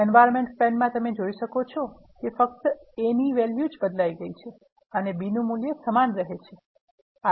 Environment pane મા તમે જોઈ શકો છો કે ફક્ત a ની વેલ્યુ બદલાઈ ગઈ છે અને બી મૂલ્ય સમાન રહે છે